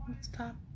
Stop